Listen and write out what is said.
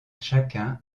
chacun